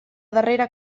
darrera